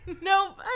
Nope